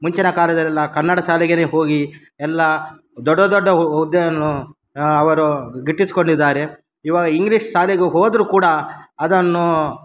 ಮುಂಚಿನ ಕಾಲದಲ್ಲೆಲ್ಲ ಕನ್ನಡ ಶಾಲೆಗೆ ಹೋಗಿ ಎಲ್ಲ ದೊಡ್ಡ ದೊಡ್ಡ ಹು ಹುದ್ದೆಯನ್ನು ಅವರು ಗಿಟ್ಟಿಸಿಕೊಂಡಿದ್ದಾರೆ ಇವಾಗ ಇಂಗ್ಲೀಷ್ ಶಾಲೆಗೆ ಹೋದರೂ ಕೂಡ ಅದನ್ನು